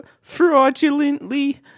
fraudulently